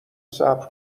صبر